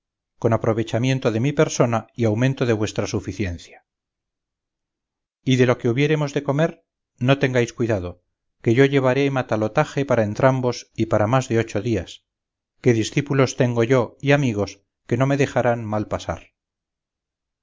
con aprovechamiento de mi persona y aumento de vuestra suficiencia y de lo que hubiéremos de comer no tengáis cuidado que yo llevaré matalotaje para entrambos y para más de ocho días que discípulos tengo yo y amigos que no me dejarán mal pasar